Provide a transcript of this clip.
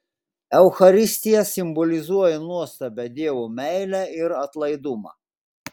eucharistija simbolizuoja nuostabią dievo meilę ir atlaidumą